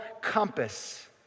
compass